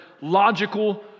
logical